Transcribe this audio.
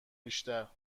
بیشتر